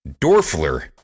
Dorfler